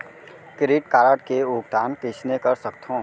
Credit card के भुगतान कइसने कर सकथो?